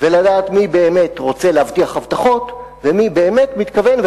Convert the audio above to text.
ולדעת מי באמת רוצה להבטיח הבטחות ומי באמת מתכוון,